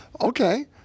Okay